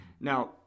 Now